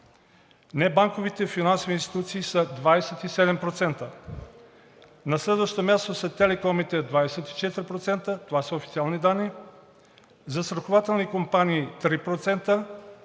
Небанковите финансови институции са 27%. На следващо място са телекомите – 24%, това са официални данни, застрахователни компании –